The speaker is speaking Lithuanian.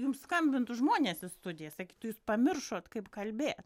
jums skambintų žmonės į studiją sakytų jūs pamiršot kaip kalbė